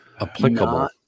Applicable